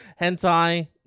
Hentai